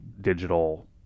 digital